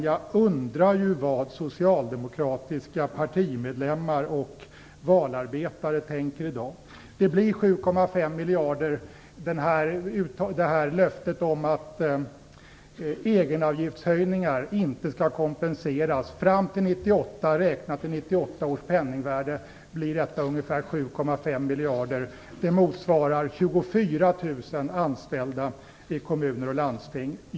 Jag undrar vad socialdemokratiska partimedlemmar och valarbetare tänker i dag. Löftet om att egenavgiftshöjningar inte skall kompenseras fram till 1998 innebär, räknat i 1998 års penningvärde, ungefär 7,5 miljarder. Det motsvarar 24 000 anställda i kommuner och landsting.